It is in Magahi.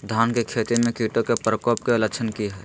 धान की खेती में कीटों के प्रकोप के लक्षण कि हैय?